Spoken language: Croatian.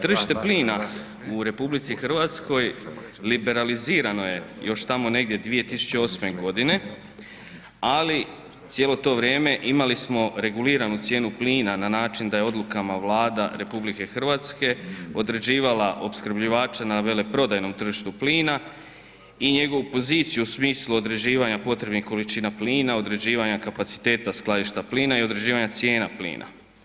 Tržište plina u RH liberalizirano je još tamo negdje 2008. godine, ali cijelo to vrijeme imali smo reguliranu cijenu plina na način da je odlukama Vlada RH određivala opskrbljivače na veleprodajnom tržištu plina i njegovu poziciju u smislu određivanja potrebnih količina plina, određivanja kapaciteta skladišta plina i određivanja cijena plina.